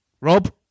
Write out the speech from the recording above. Rob